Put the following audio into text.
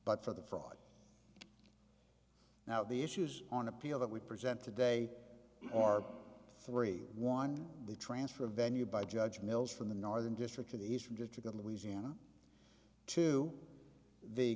but for the fraud now the issues on appeal that we present today or three one the transfer of venue by judge mills from the northern district to the eastern district of louisiana to the